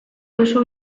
duzu